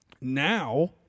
Now